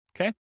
okay